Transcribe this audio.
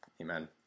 Amen